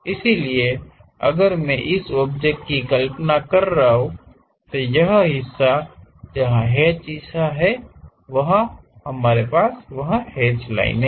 इसलिए अगर मैं इस ऑब्जेक्ट की कल्पना कर रहा हूं तो यह हिस्सा जहां हैच हिस्सा है वहां हमारे पास वह हैच लाइनें हैं